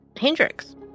Hendrix